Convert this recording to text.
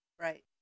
Right